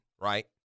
Right